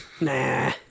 nah